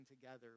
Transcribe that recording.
together